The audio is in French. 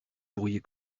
pourriez